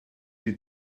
die